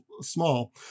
small